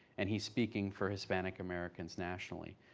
and he's speaking for hispanic americans nationally.